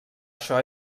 això